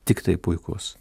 tiktai puikus